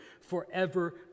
forever